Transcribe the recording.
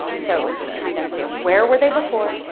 but so it's just trying to understand where were they before,